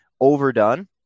overdone